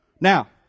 Now